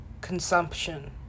consumption